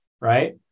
Right